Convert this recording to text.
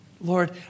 Lord